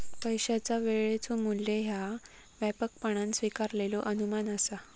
पैशाचा वेळेचो मू्ल्य ह्या व्यापकपणान स्वीकारलेलो अनुमान असा